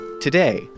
Today